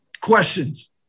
Questions